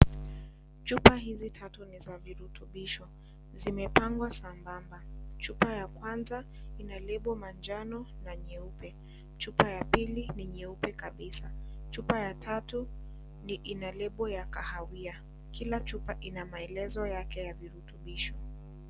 Chupa hizi tatu ni za virutubisho, zimepangwa sambamba. Chupa ya kwanza ina lebo manjano na nyeupe, chupa ya pili ni nyeupe kabisa, chupa ya tatu ina lebo ya kahawia. Kila chupa ina maelezo yake ya virutubisho.